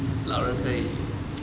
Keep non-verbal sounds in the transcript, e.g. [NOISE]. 老人可以 [NOISE]